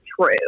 true